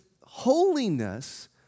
holiness